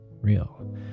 real